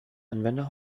anwender